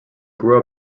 grew